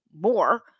more